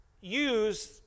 use